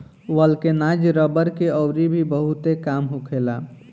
vulcanise रबड़ के अउरी भी बहुते काम होखेला